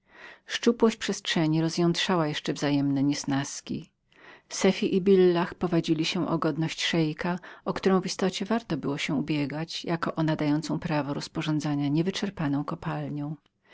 szczupłość przestrzeni rozjątrzała jeszcze wzajemne niesnaski sefi i billah powadzili się o godność szeika o którą w istocie warto było się ubiegać jako o nadającą prawo rozporządzania niewyczerpaną kopalnią